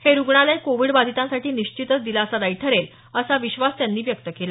हे रुग्णालय कोविडबाधितांसाठी निश्चितच दिलासादायी ठरेल असा विश्वास त्यांनी व्यक्त केला